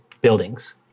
buildings